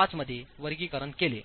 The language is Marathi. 5 मध्ये वर्गीकरण केले